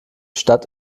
stadt